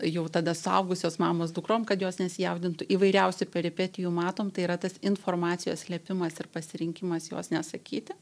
jau tada suaugusios mamos dukrom kad jos nesijaudintų įvairiausių peripetijų matom tai yra tas informacijos slėpimas ir pasirinkimas jos nesakyti